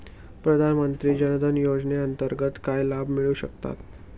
प्रधानमंत्री जनधन योजनेअंतर्गत काय लाभ मिळू शकतात?